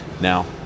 now